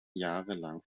jahrelang